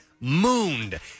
mooned